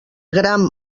gram